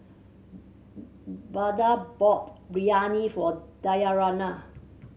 Vada bought Riryani for Dayanara